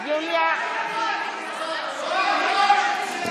(קוראת בשמות חברי הכנסת)